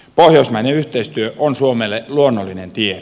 pohjoismainen yhteistyö on suomelle luonnollinen tie